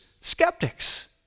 Skeptics